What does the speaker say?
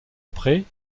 après